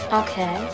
okay